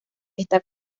está